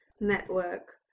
network